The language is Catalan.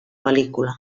pel·lícula